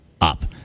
up